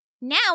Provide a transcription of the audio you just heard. Now